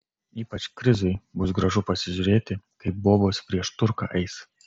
ypač krizui bus gražu pasižiūrėti kaip bobos prieš turką eis